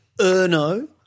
Erno